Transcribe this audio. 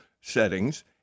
settings